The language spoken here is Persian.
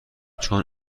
چون